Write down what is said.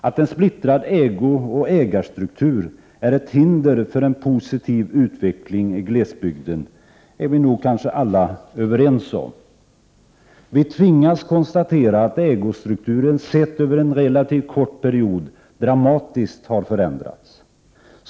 Att en splittrad ägooch ägarstruktur är ett hinder för en positiv utveckling i glesbygden är vi nog alla överens om. Vi tvingas konstatera att ägostrukturen, sedd över en relativt kort period, dramatiskt har förändrats.